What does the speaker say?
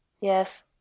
Yes